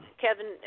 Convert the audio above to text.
Kevin